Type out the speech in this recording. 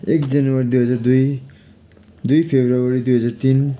एक जनवरी दुई हजार दुई दुई फब्रुअरी दुई हजार तिन